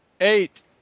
eight